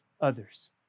others